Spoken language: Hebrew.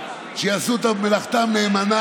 כן, אני מסיים, גברתי.